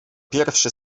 pierwszy